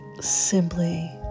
Simply